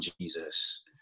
Jesus